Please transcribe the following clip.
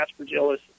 Aspergillus